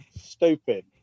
Stupid